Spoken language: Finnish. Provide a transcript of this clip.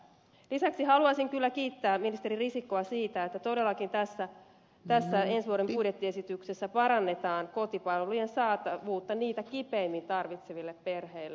lisäksi haluaisin kyllä kiittää ministeri risikkoa siitä että todellakin tässä ensi vuoden budjettiesityksessä parannetaan kotipalveluiden saatavuutta niitä kipeimmin tarvitseville perheille